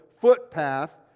footpath